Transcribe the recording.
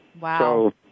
Wow